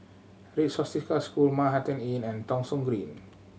Red Swastika School Manhattan Inn and Thong Soon Green